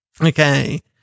Okay